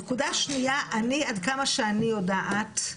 נקודה שנייה, עד כמה שאני יודעת,